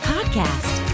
Podcast